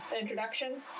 introduction